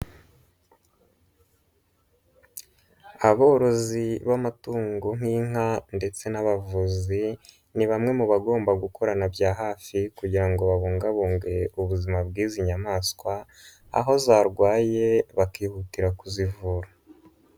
Aborozi b'amatungo nk'inka ndetse n'abavuzi ni bamwe mu bagomba gukorana bya hafi kugira ngo babungabunge ubuzima bw'izi nyamaswa, aho zarwaye bakihutira kuzivura.